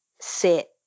sit